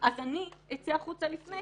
אז אני אצא החוצה לפני,